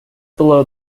below